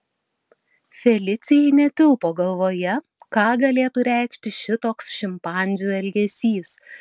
felicijai netilpo galvoje ką galėtų reikšti šitoks šimpanzių elgesys